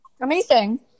Amazing